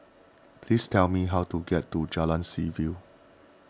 please tell me how to get to Jalan Seaview